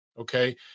okay